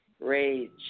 rage